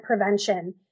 prevention